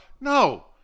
No